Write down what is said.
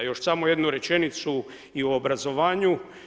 Još samo jednu rečenicu i o obrazovanju.